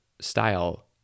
style